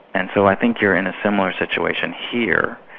and so i think you're in a similar situation here,